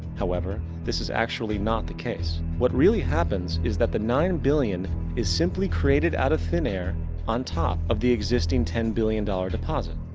however, this is actually not the case. what really happens, is that the nine billion is simply created out of thin air on top of the existing ten billion dollar deposit.